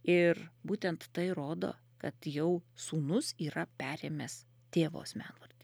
ir būtent tai rodo kad jau sūnus yra perėmęs tėvo asmenvardį